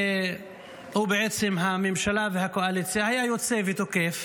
והוא בעצם הממשלה והקואליציה, היה יוצא ותוקף